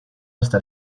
hasta